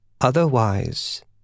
Otherwise